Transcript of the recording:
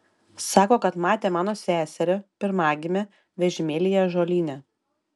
sako kad matė mano seserį pirmagimę vežimėlyje ąžuolyne